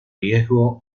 riesgo